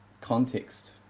context